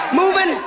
moving